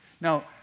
Now